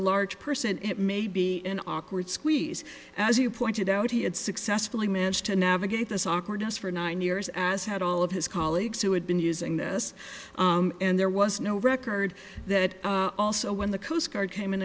a large person it may be an awkward squeeze as you pointed out he had successfully managed to navigate this awkwardness for nine years as had all of his colleagues who had been using this and there was no record that also when the coast guard came in